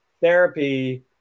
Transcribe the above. therapy